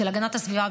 של הגנת הסביבה,